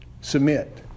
Submit